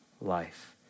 life